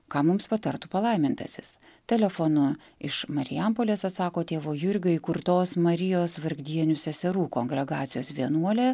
ką mums patartų palaimintasis telefonu iš marijampolės atsako tėvo jurgio įkurtos marijos vargdienių seserų kongregacijos vienuolė